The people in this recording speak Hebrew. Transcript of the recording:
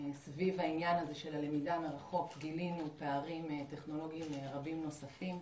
סביב הלמידה מרחוק גילינו פערים טכנולוגים רבים ונוספים.